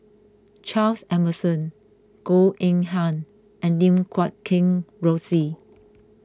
Charles Emmerson Goh Eng Han and Lim Guat Kheng Rosie